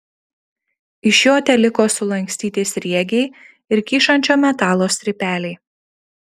iš jo teliko sulankstyti sriegiai ir kyšančio metalo strypeliai